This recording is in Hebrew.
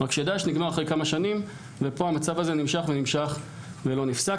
רק שדאעש נגמר אחרי כמה שנים ופה המצב הזה נמשך ונמשך ולא נפסק,